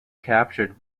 captured